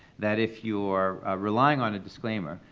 that if you're relying on a disclaimer,